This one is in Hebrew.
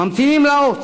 ממתינים לאות,